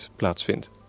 plaatsvindt